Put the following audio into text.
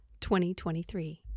2023